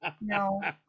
No